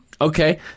Okay